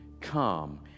Come